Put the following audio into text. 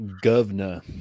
governor